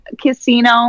Casino